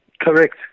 Correct